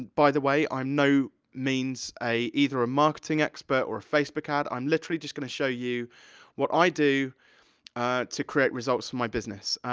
by the way, i'm no means a, either a marketing expert or a facebook ad, i'm literally just gonna show you what i do to create results for my business.